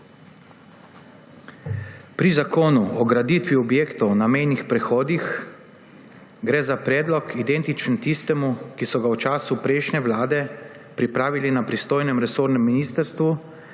Pri zakonu o graditvi objektov na mejnih prehodih gre za predlog, identičen tistemu, ki so ga v času prejšnje vlade pripravili na pristojnem resornem ministrstvu,